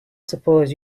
suppose